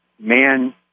Man